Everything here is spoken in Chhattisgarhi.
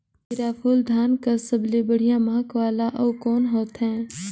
जीराफुल धान कस सबले बढ़िया महक वाला अउ कोन होथै?